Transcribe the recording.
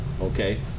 okay